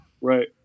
Right